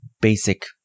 basic